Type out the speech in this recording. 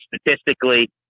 statistically